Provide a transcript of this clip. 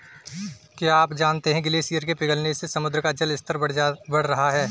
क्या आप जानते है ग्लेशियर के पिघलने से समुद्र का जल स्तर बढ़ रहा है?